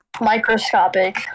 Microscopic